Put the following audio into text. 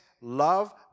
love